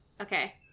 Okay